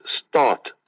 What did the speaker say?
start